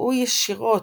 נגעו ישירות